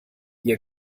ihr